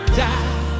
die